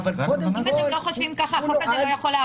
אם אתם לא חושבים ככה החוק הזה לא יכול לעבור.